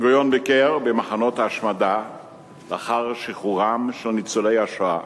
בן-גוריון ביקר במחנות ההשמדה לאחר שחרורם של ניצולי השואה,